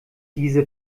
diese